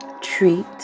treat